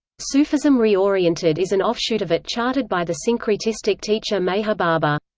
sufism reoriented is an offshoot of it charted by the syncretistic teacher meher baba.